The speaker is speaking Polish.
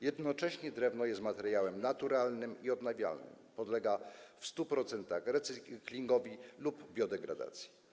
Jednocześnie drewno jest materiałem naturalnym i odnawialnym, podlega w 100% recyklingowi lub biodegradacji.